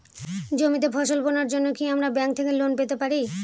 জমিতে ফসল বোনার জন্য কি আমরা ব্যঙ্ক থেকে লোন পেতে পারি?